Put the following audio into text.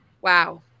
wow